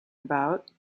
about